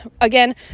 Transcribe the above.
Again